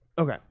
okay